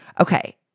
Okay